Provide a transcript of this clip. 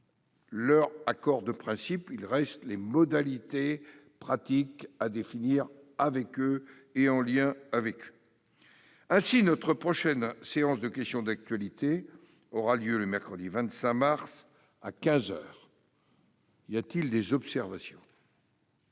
leur accord de principe ; les modalités pratiques seront définies en lien avec eux. Ainsi, notre prochaine séance de questions d'actualité aura lieu mercredi 25 mars à quinze heures. Y a-t-il des observations ?